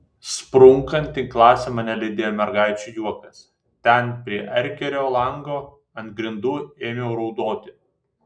sprunkant į klasę mane lydėjo mergaičių juokas ten prie erkerio lango ant grindų ėmiau raudoti